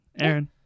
Aaron